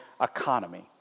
economy